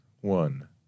one